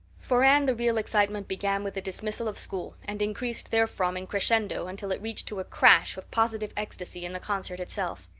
for anne the real excitement began with the dismissal of school and increased therefrom in crescendo until it reached to a crash of positive ecstasy in the concert itself.